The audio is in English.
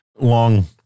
long